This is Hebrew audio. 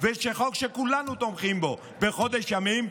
ושהוא חוק שכולנו תומכים בו, בחודש ימים,